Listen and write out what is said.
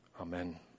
Amen